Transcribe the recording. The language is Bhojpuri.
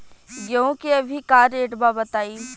गेहूं के अभी का रेट बा बताई?